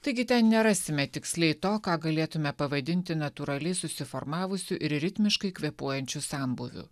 taigi ten nerasime tiksliai to ką galėtume pavadinti natūraliai susiformavusių ir ritmiškai kvėpuojančiu sambūviu